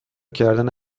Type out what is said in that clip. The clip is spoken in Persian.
کردن